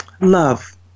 love